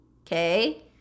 okay